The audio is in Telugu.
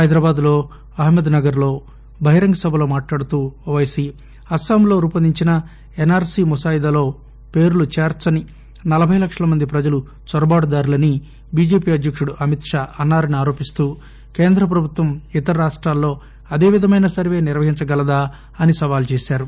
హైదరాబాద్లో అహ్మద్ నగర్లో బహిరంగ సభలో మాట్లాడుతూ ఓపైసీ అస్సాంలో రూపొందించిన ఎస్ఆర్సి ముసాయిదాలో పేర్లు చేర్చని నలబై లక్షల మంది ప్రజలు చొరబాటు దారులని బిజెపి అధ్యకుడు అమిత్షా అన్నారని ఆరోపిస్తూ కేంద్రప్రభుత్వం ఇతర రాష్టాల్లో అదేవిధమైన సర్వే నిర్వహించగలదా అని సవాల్ చేశారు